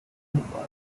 uniform